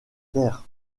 terres